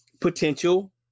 potential